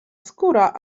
skóra